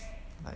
like